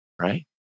right